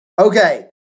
Okay